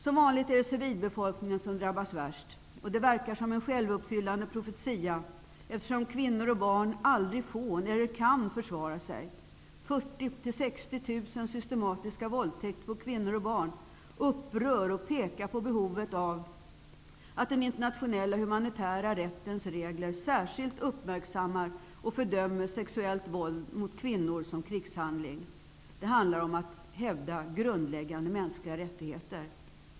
Som vanligt är det civilbefolkningen som drabbas värst. Det verkar som en självuppfyllande profetia, eftersom kvinnor och barn aldrig får eller kan försvara sig. 40 000--60 000 systematiska våldtäkter på kvinnor och barn upprör och pekar på behovet av att den internationella humanitära rättens regler särskilt uppmärksammar och fördömer sexuellt våld mot kvinnor som krigshandling. Det handlar om att hävda grundläggande mänskliga rättigheter.